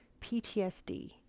PTSD